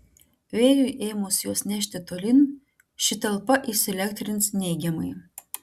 vėjui ėmus juos nešti tolyn ši talpa įsielektrins neigiamai